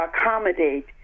accommodate